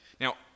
Now